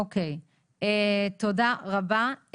אוקיי, תודה רבה.